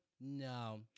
no